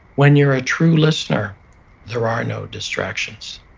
when you're a true listener there are no distractions.